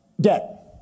debt